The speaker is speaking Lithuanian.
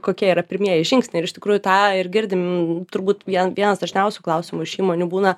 kokie yra pirmieji žingsniai ir iš tikrųjų tą ir girdim turbūt vie vienas dažniausių klausimų iš įmonių būna